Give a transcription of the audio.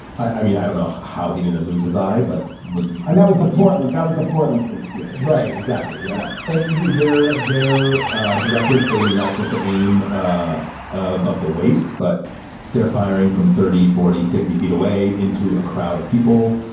i mean, i don't know how he didn't lose his eye, but was and that was the part. that was the portland police bureau, right? exactly. yeah. and yeah they're they're ah detectives say that you're not supposed to aim ah above the waist, but they're firing from thirty, forty, fifty feet away into a crowd of people.